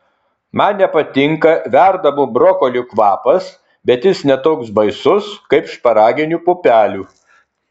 man nepatinka verdamų brokolių kvapas bet jis ne toks baisus kaip šparaginių pupelių